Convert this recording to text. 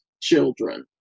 children